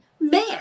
man